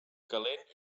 calent